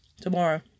tomorrow